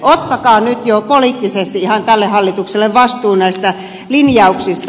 ottakaa nyt jo poliittisesti ihan tälle hallitukselle vastuu näistä linjauksista